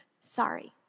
Sorry